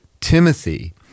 Timothy